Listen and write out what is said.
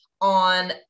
on